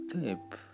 step